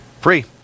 Free